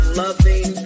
loving